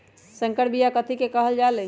संकर बिया कथि के कहल जा लई?